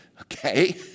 okay